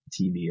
TV